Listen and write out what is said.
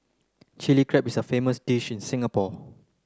Chilli Crab is a famous dish in Singapore